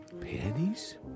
panties